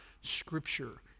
scripture